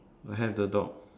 I have the dog